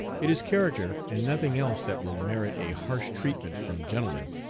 it is character and nothing else that will merit a harsh treatment from gentlemen,